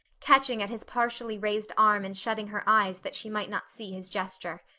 catching at his partially raised arm and shutting her eyes that she might not see his gesture.